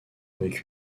avec